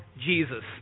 Jesus